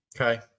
Okay